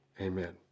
Amen